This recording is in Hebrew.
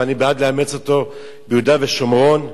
ואני בעד לאמץ אותו ביהודה ושומרון,